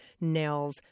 nails